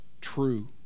true